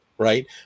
right